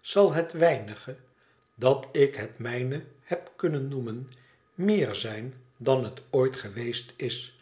zal het weinige dat ik het mijne heb kunnen noemen meer zijn dan het ooit geweest is